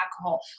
alcohol